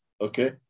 okay